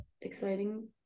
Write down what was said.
exciting